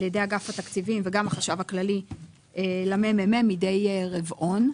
על ידי אגף התקציבים והחשב הכללי לממ"מ מידי רבעון.